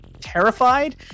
terrified